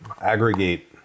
aggregate